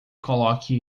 coloque